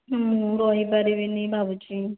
ମୁଁ ରହିପାରିବିନି ଭାବୁଛି